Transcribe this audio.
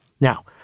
Now